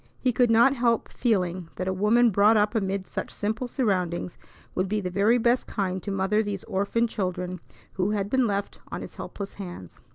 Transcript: he could not help feeling that a woman brought up amid such simple surroundings would be the very best kind to mother these orphan children who had been left on his helpless hands.